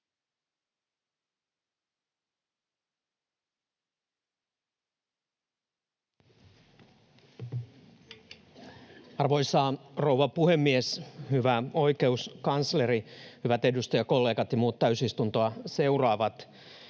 Arvoisa rouva puhemies! Hyvä oikeuskansleri, hyvät edustajakollegat ja muut täysistuntoa seuraavat!